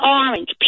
orange